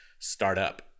startup